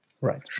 Right